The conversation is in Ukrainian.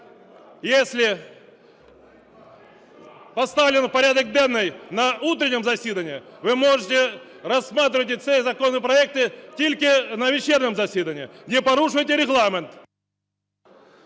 якщо поставлено в порядок денний на утреннем заседании, ви можете рассматривать ці законопроекти тільки на вечірньому засіданні. Не порушуйте Регламент.